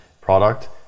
product